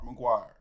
McGuire